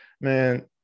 Man